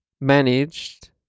managed